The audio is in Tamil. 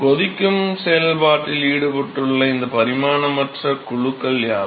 கொதிக்கும் செயல்பாட்டில் ஈடுபட்டுள்ள இந்த பரிமாணமற்ற குழுக்கள் யாவை